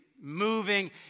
moving